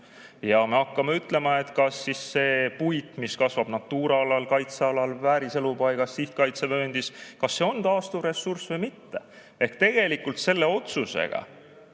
ja hakkame ütlema, kas see puit, mis kasvab Natura alal, kaitsealal, vääriselupaigas, sihtkaitsevööndis, on taastuv ressurss või mitte. Tegelikult selle otsusega